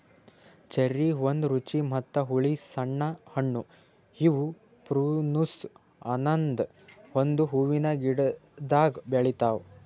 cherry ಒಂದ್ ರುಚಿ ಮತ್ತ ಹುಳಿ ಸಣ್ಣ ಹಣ್ಣು ಇವು ಪ್ರುನುಸ್ ಅನದ್ ಒಂದು ಹೂವಿನ ಗಿಡ್ದಾಗ್ ಬೆಳಿತಾವ್